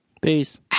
Peace